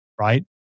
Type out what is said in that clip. right